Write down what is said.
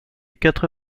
quatre